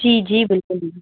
जी जी बिल्कुलु दीदी